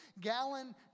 gallon